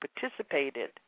participated